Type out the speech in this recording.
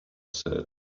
said